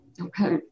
Okay